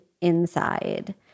inside